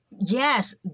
yes